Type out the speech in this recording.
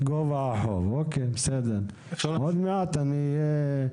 עוד מעט כל